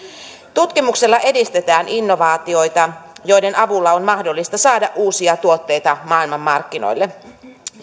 tutkimuksella edistetään innovaatioita joiden avulla on mahdollista saada uusia tuotteita maailmanmarkkinoille